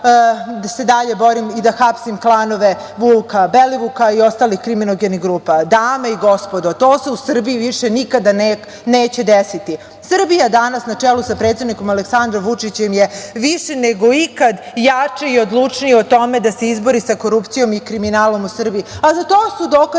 da se dalje borim i da hapsim klanove Vuka Belivuka i ostalih kriminogenih grupa. Dame i gospodo, to se u Srbiji više nikada neće desiti. Srbija danas, na čelu sa predsednikom Aleksandrom Vučićem, je više nego ikad jača i odlučnija u tome da se izbori sa korupcijom i kriminalom u Srbiji.Za to su dokazi